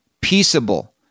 peaceable